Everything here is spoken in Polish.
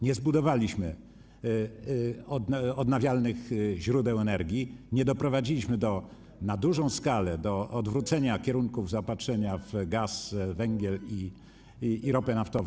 Nie zbudowaliśmy odnawialnych źródeł energii, nie doprowadziliśmy na dużą skalę do odwrócenia kierunków zaopatrzenia w gaz, węgiel i ropę naftową.